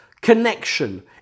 connection